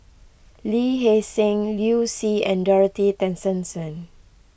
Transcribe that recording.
Lee Hee Seng Liu Si and Dorothy Tessensohn